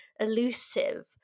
elusive